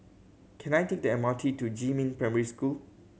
can I take the M R T to Jiemin Primary School